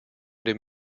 dem